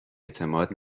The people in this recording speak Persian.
اعتماد